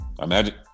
Imagine